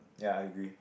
ya I agree